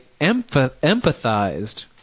empathized